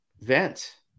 vent